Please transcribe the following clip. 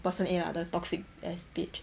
person A lah the toxic ass bitch